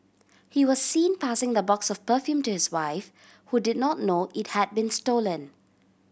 he was seen passing the box of perfume to his wife who did not know it had been stolen